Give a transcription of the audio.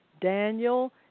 Daniel